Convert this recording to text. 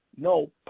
no